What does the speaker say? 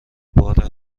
بار